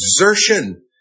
exertion